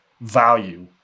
value